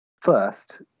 first